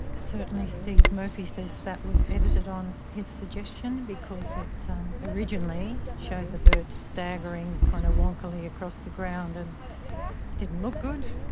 certainly steve murphy says that was edited on his suggestion, because it um originally showed. the bird staggering kind of wonkily across the ground and it didn't look good.